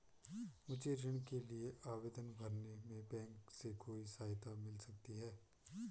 मुझे ऋण के लिए आवेदन भरने में बैंक से कोई सहायता मिल सकती है?